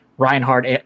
Reinhardt